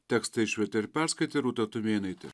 tekstą išvertė ir perskaitė rūta tumėnaitė